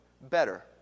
better